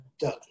done